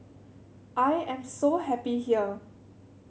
I am so happy here